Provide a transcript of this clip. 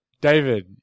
David